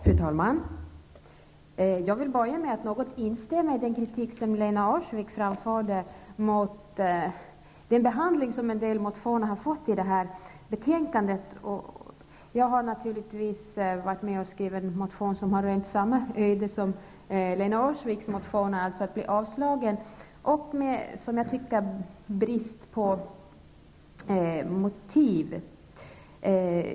Fru talman! Jag vill börja med att instämma i den kritik som Lena Öhrsvik framförde mot den behandling som en del motioner har fått i detta betänkande. Jag har naturligtvis varit med om att skriva en motion som har rönt samma öde som Lena Öhrsviks motion, dvs. att bli avstyrkt och dessutom med, som jag tycker, brist på motiv.